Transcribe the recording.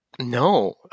No